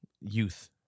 youth